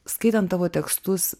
skaitant tavo tekstus